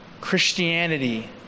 Christianity